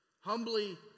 Humbly